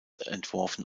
entworfen